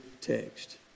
text